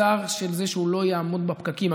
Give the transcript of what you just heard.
תוצר של זה שהוא לא יעמוד בפקקים,